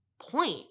point